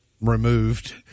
removed